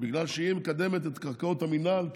בגלל שהיא מקדמת את קרקעות המינהל,